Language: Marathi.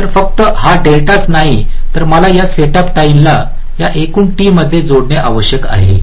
तर फक्त हा डेल्टाच नाही तर मला या सेटअप टाईम ला या एकूण T मध्ये जोडणे आवश्यक आहे